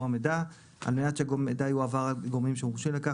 המידע על מנת שהמידע יועבר לגורמים שהורשו לכך.